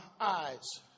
eyes